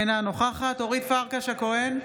אינה נוכחת אורית פרקש הכהן,